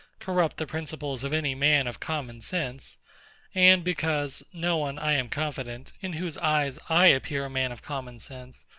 corrupt the principles of any man of common sense and because no one, i am confident, in whose eyes i appear a man of common sense,